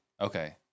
Okay